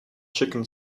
chicken